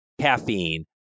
caffeine